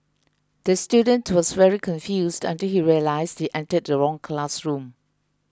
the student was very confused until he realised he entered the wrong classroom